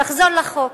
נחזור לחוק.